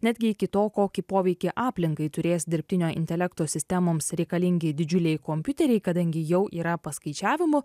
netgi iki to kokį poveikį aplinkai turės dirbtinio intelekto sistemoms reikalingi didžiuliai kompiuteriai kadangi jau yra paskaičiavimų